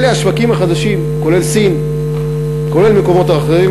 אלה השווקים החדשים, כולל סין, כולל מקומות אחרים